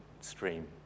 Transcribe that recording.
stream